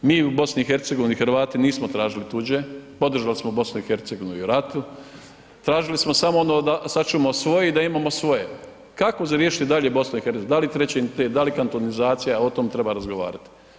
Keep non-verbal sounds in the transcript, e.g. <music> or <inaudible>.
Mi u BiH-u Hrvati nismo tražili tuđe, podržali smo BiH i u ratu, tražili smo samo ono da sačuvamo svoje i da imamo svoje, kako riješiti dalje BiH, da li ... <unintelligible> da li kantonizacija, o tom treba razgovarati.